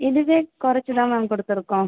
இதுவே குறச்சி தான் மேம் கொடுத்துருக்கோம்